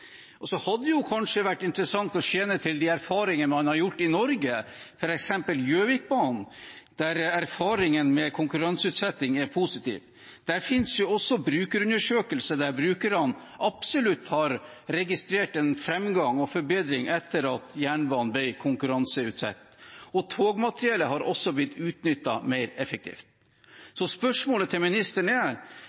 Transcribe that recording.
Og så hadde det kanskje vært interessant å skjele til de erfaringene man har gjort i Norge, f.eks. på Gjøvikbanen, der erfaringene med konkurranseutsetting er positive. Det finnes også brukerundersøkelser der brukerne absolutt har registrert en framgang og forbedring etter at jernbanen ble konkurranseutsatt. Togmateriellet har også blitt utnyttet mer effektivt. Så spørsmålet til ministeren er: